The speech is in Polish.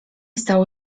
stało